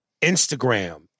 Instagram